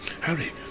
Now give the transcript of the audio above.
Harry